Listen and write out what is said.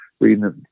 reading